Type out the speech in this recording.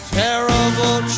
terrible